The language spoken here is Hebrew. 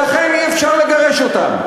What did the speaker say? ולכן אי-אפשר לגרש אותם.